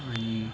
आणि